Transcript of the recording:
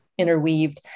interweaved